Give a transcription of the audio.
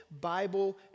Bible